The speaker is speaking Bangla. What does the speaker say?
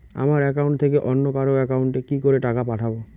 আমার একাউন্ট থেকে অন্য কারো একাউন্ট এ কি করে টাকা পাঠাবো?